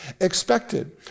expected